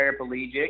paraplegic